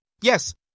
Yes